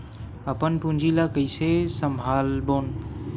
अपन पूंजी ला कइसे संभालबोन?